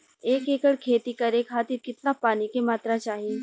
एक एकड़ खेती करे खातिर कितना पानी के मात्रा चाही?